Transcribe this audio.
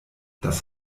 das